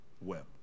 wept